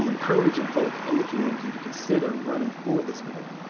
um encouraging folks in the community to consider running for this board.